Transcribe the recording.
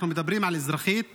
אנחנו מדברים על אזרחית מוסלמית,